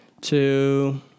two